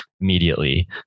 immediately